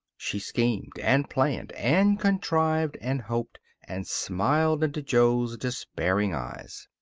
she schemed, and planned, and contrived, and hoped and smiled into jo's despairing eyes.